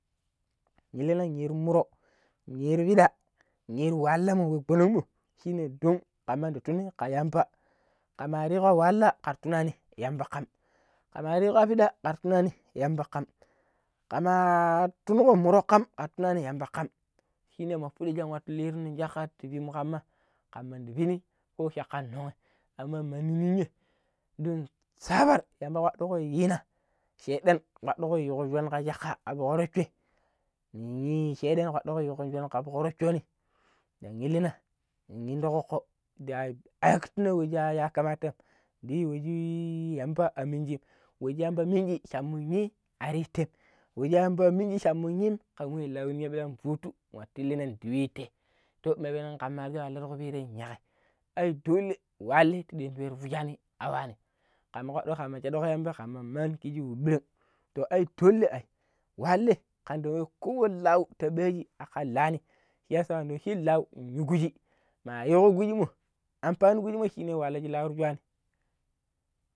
﻿yilina yirun muro yiro ppida yiru wahalanmo wa gwanong mo shine don kaman di tuni ka yamba kama rigo ya wahala kar tunani yamba kam kama rigoya pida kar tunani yamba kam kamma tungo muro kam kar tunani yamba kam shine mo fidi shan watu liru nin shakka ti pi mu kanma kanman di pini ko shakai non amma mani ninya don sabar yamba kwadugo yina shedan kwadugo yigo shwan kan shakka ka fuk roocoi nin shadan kwadukon yirun shuran kan fuk rooconi dan illina nn indo kokko aaikitina wa shi a yakamatan di yi washi yamba a minshim wa shi yamba a minji sham mu yi ar yum teem washi a yamba minji shan mun yi.kan wi lau ninya illan futu illina dan yu tee too dima penan kamar li kupirai yaƙƙai ai dolle wahalai ta dian ta fushani a wanim kama kwadugo kama shadu yamba kan man kishi wa ɓiran too ai doole ai wahalai kan da wa kowani lau ta baji akka lani shiyasa kan di wa sha lau n yu kuji ma yigo kushinmo ampni kushinmo shine wahalla shi lau ra shuwani.